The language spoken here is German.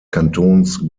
kantons